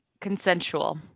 consensual